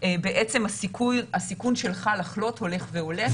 בעצם הסיכון שלך לחלות הולך ועולה.